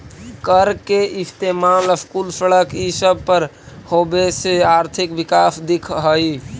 कर के इस्तेमाल स्कूल, सड़क ई सब पर होबे से आर्थिक विकास दिख हई